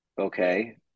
okay